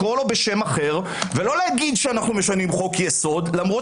לקרוא לו בשם אחר ולא להגיד שאנחנו משנים חוק יסוד למרות